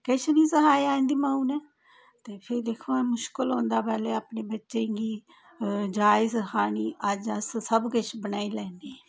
किश नी सखाया इंदी माऊ ने ते फ्ही दिक्ख हां मुश्किल होंदा पैहले अपने बच्चें गी जाच सखानी अज्ज अस सब किश बनाई लैंदे